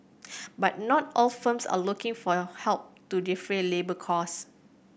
but not all firms are looking for your help to defray labour cost